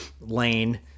Lane